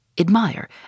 admire